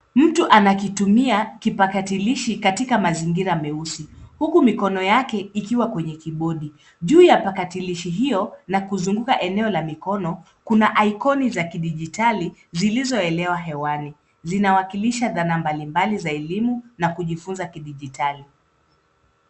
Mtu anakitumia kipakatalishi katika mazingira meusi huku mikono yake ikiwa kwenye kibodi. Juu ya kipakatalishi hio na kuzunguka eneo la mkono, kuna icon za kidijitali zilizoelea hewani. Zinawakilisha dhana mbalimbali za elimu na kujifunza kidijitali.